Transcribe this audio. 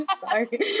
Sorry